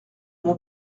mon